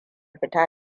fita